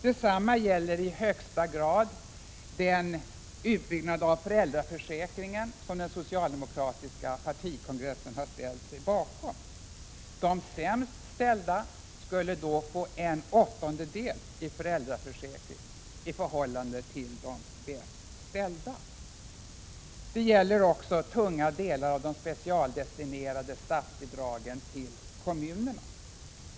Detsamma gäller i högsta grad den utbyggnad av föräldraförsäkringen som den socialdemokratiska partikongressen har ställt sig bakom. De sämst ställda skulle få en åttondel i föräldraförsäkring i förhållande till de bäst ställda. Det gäller också tunga delar av de specialdestinerade statsbidragen till kommunerna.